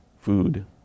Food